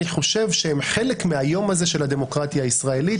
אני חושב שהם חלק מהיום הזה של הדמוקרטיה הישראלית.